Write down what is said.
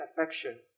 affection